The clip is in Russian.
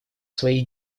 своей